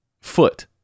foot